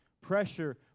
Pressure